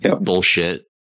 bullshit